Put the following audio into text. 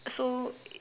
so